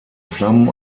flammen